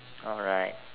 alright